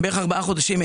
בערך ארבעה חודשים.